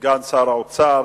סגן שר האוצר,